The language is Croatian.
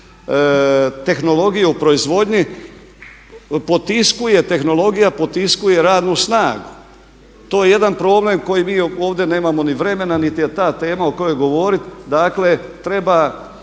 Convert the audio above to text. tehnologija potiskuje radnu snagu. To je jedan problem koji mi ovdje nemamo ni vremena, niti je ta tema o kojoj govoriti,